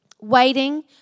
Waiting